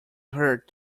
hurt